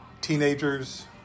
teenagers